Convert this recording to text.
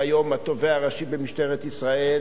והתובע הראשי במשטרת ישראל